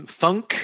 funk